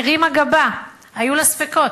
היא הרימה גבה, היו לה ספקות.